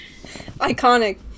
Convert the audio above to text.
Iconic